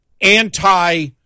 anti